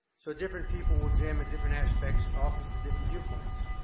so different people will examine different aspects often from different viewpoints.